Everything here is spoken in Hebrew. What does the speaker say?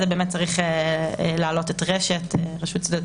באמת צריך להעלות את רשות שדות התעופה.